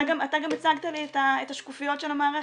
אתה גם הצגת לי את השקופיות של המערכת.